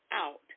out